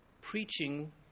preaching